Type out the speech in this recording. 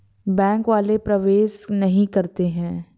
Bank वाले प्रवेश नहीं करते हैं?